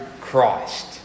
Christ